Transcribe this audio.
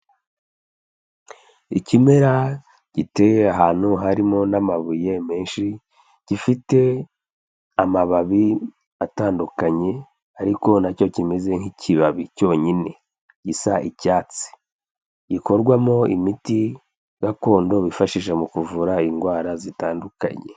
Ikimera giteye ahantu harimo n'amabuye menshi, gifite amababi atandukanye ariko nacyo kimeze nk'ikibabi cyonyine, gisa icyatsi, gikorwamo imiti gakondo bifashisha mu kuvura indwara zitandukanye.